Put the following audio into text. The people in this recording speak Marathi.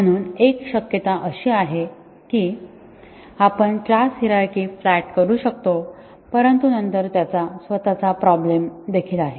म्हणून एक शक्यता अशी आहे की आपण क्लास हिरारची फ्लॅट करू शकतो परंतु नंतर त्याचा स्वतःचा प्रॉब्लेम देखील आहे